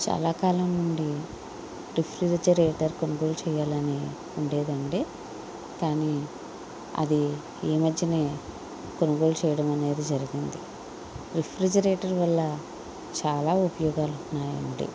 చాలా కాలం నుండి రిఫ్రిజరేటర్ కొనుగోలు చేయాలని అని ఉండేదండి కానీ అది ఈ మధ్యనే కొనుగోలు చేయడం అనేది జరిగింది రిఫ్రిజరేటర్ వల్ల చాలా ఉపయోగాలు ఉన్నాయండి